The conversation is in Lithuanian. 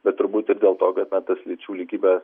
bet turbūt ir dėl to kad na tas lyčių lygybės